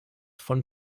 von